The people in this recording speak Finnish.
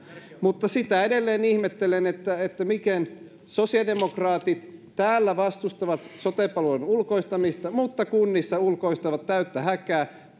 mutta sitä edelleen ihmettelen miten sosiaalidemokraatit täällä vastustavat sote palvelujen ulkoistamista mutta kunnissa ulkoistavat täyttä häkää